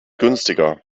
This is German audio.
günstiger